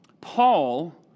Paul